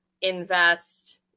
invest